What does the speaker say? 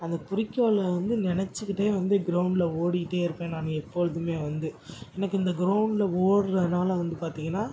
அந்தக் குறிக்கோளை வந்து நெனைச்சிக்கிட்டே வந்து கிரௌண்டில் ஓடிட்டே இருப்பேன் நான் எப்பொழுதுமே வந்து எனக்கு இந்த கிரௌண்டில் ஓட்றதுனால வந்து பார்த்திங்கன்னா